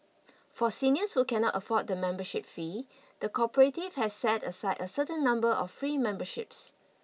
for seniors who cannot afford the membership fee the cooperative has set aside a certain number of free memberships